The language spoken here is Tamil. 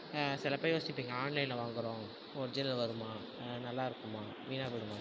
சில பேர் யோசிச்சுருப்பீங்க ஆன்லைனில் வாங்குறோம் ஒரிஜினல் வருமா நல்லா இருக்குமா வீணாக போயிவிடுமா